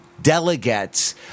delegates